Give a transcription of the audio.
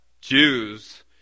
Jews